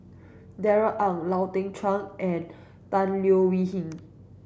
Darrell Ang Lau Teng Chuan and Tan Leo Wee Hin